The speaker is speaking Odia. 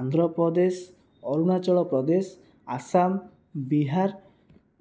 ଆନ୍ଧ୍ରପ୍ରଦେଶ ଅରୁଣାଚଳପ୍ରଦେଶ ଆସାମ ବିହାର